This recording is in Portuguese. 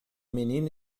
menino